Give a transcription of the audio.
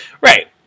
Right